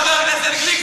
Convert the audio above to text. חבר הכנסת גליק,